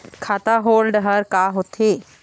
खाता होल्ड हर का होथे?